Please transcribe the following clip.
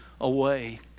away